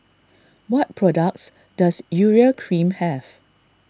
what products does Urea Cream have